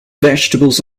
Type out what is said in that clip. vegetables